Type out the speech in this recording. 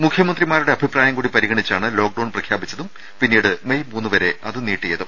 മുഖ്യമന്ത്രിമാരുടെ അഭിപ്രായം കൂടി പരിഗണിച്ചാണ് ലോക്ക്ഡൌൺ പ്രഖ്യാപിച്ചതും പിന്നീട് മെയ് മൂന്ന് വരെ അത് നീട്ടിയത്